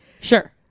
Sure